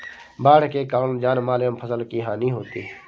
बाढ़ के कारण जानमाल एवं फसल की हानि होती है